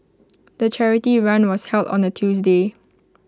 the charity run was held on A Tuesday